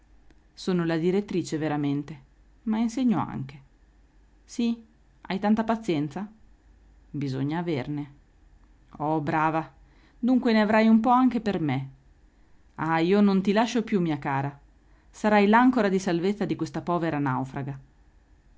sono la direttrice veramente ma insegno anche sì hai tanta pazienza bisogna averne oh brava dunque ne avrai un po anche per me ah io non ti lascio più mia cara sarai l'ancora di salvezza di questa povera naufraga